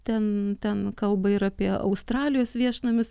ten ten kalba ir apie australijos viešnamius